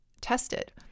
tested